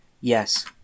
yes